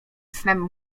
snem